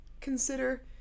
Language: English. consider